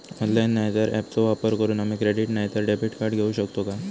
Online नाय तर ऍपचो वापर करून आम्ही क्रेडिट नाय तर डेबिट कार्ड घेऊ शकतो का?